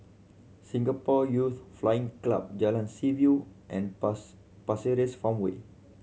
Singapore Youth Flying Club Jalan Seaview and pass Pasir Ris Farmway